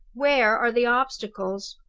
where are the obstacles?